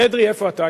אדרי, איפה אתה?